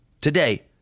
today